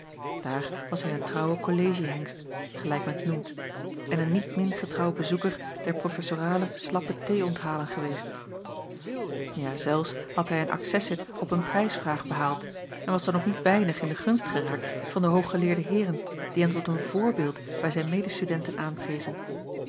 daar was hij een trouwe kollegiehengst gelijk men t noemt en een niet min getrouw bezoeker der professorale slappe thee onthalen geweest ja zelfs hij had een accessit op een prijsvraag behaald en was dan ook niet weinig in de gunst geraakt van de hooggeleerde heeren die hem tot een voorbeeld bij zijn medestudenten aanprezen